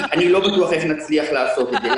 אני לא בטוח איך נצליח לעשות את זה.